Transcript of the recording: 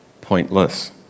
pointless